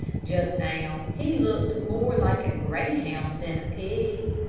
just now, he looked more like a greyhound than a pig.